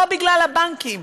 לא בגלל הבנקים,